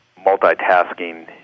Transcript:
multitasking